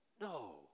No